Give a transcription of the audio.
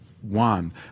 one